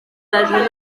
desena